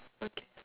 okay